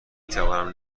توانم